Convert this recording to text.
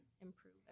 improve